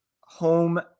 home